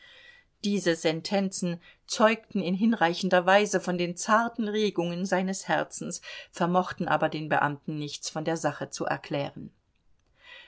diese sentenzen zeugten in hinreichender weise von den zarten regungen seines herzens vermochten aber den beamten nichts von der sache zu erklären